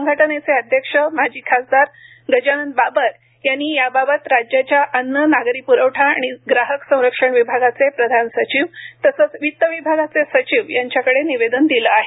संघटनेचे अध्यक्ष माजी खासदार गजानन बाबर यांनी याबाबत राज्याच्या अन्न नागरी पुरवठा आणि ग्राहक संरक्षण विभागाचे प्रधान सचिव तसेच वित्त विभागाचे सचिव यांच्याकडे निवेदन दिले आहे